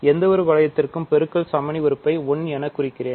எந்தவொரு வளையத்திலும் பெருக்கல் சமணி உறுப்பை 1 என குறிக்கிறேன்